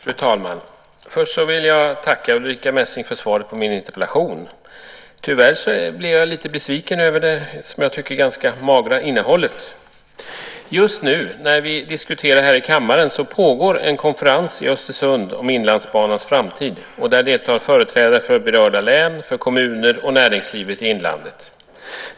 Fru talman! Först vill jag tacka Ulrica Messing för svaret på min interpellation. Tyvärr blev jag lite besviken över det, som jag tycker, magra innehållet. Just nu när vi diskuterar här i kammaren pågår en konferens i Östersund om Inlandsbanans framtid. Där deltar företrädare för berörda län och kommuner och näringslivet i inlandet.